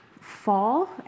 fall